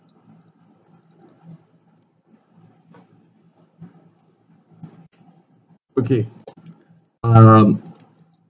okay um